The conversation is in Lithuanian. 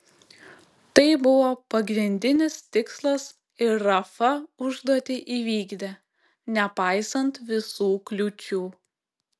tai buvo pagrindinis tikslas ir rafa užduotį įvykdė nepaisant visų kliūčių